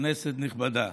כנסת נכבדה,